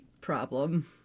problem